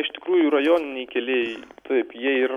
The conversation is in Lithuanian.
iš tikrųjų rajoniniai keliai taip jie ir